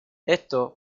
esto